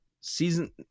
season